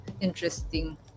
interesting